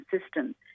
system